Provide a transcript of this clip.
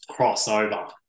crossover